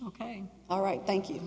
ok all right thank you